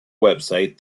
website